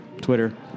Twitter